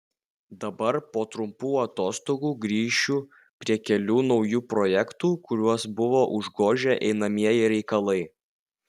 dabar po trumpų atostogų grįšiu prie kelių naujų projektų kuriuos buvo užgožę einamieji reikalai